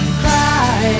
cry